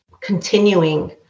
continuing